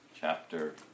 chapter